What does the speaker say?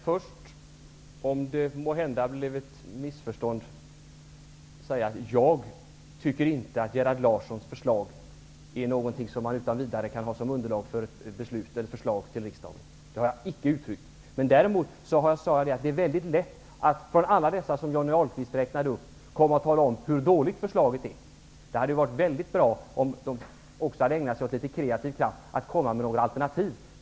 Herr talman! Om det måhända blivit ett missförstånd vill jag säga att jag inte tycker att Gerhard Larssons förslag är någonting som man utan vidare kan ha som underlag för ett förslag till riksdagen. Så har jag icke uttryckt det. Däremot sade jag att det är väldigt lätt för alla dem som Johnny Ahlqvist räknade upp att tala om hur dåligt förslaget är. Det hade varit väldigt bra om de också hade varit litet kreativa och kommit med några alternativ.